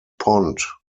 pond